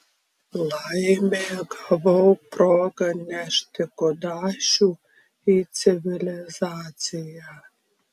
laimė gavau progą nešti kudašių į civilizaciją